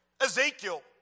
Ezekiel